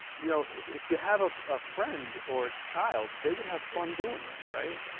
you know if you have a ah friend or child they would have fun doing this right?